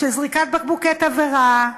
של זריקת בקבוקי תבערה,